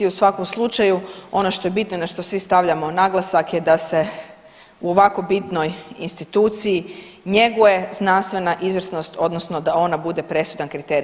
U svakom slučaju ono što je bitno i na što svi stavljamo naglasak je da se u ovako bitnoj instituciji njeguje znanstvena izvrsnost odnosno da ona bude presudan kriterij.